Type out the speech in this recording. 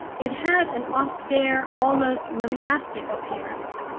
it had an austere, almost monastic appearance.